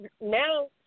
now